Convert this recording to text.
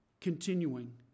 continuing